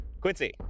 Quincy